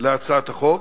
להצעת החוק,